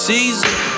Season